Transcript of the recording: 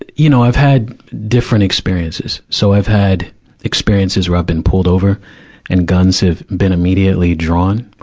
you you know, i've had different experiences. so i've had experiences where i've been pulled over and guns have been immediately drawn,